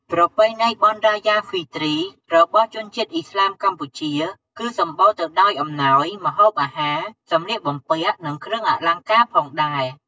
ប្រពៃណីបុណ្យរ៉ាយ៉ា ហ្វីទ្រី របស់ជនជាតិឥស្លាមកម្ពុជា គឺសម្បូរទៅដោយអំណោយ ម្ហូបអាហារ សម្លៀកបំពាក់ និងគ្រឿងអលង្ការផងដែរ។